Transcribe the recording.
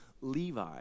Levi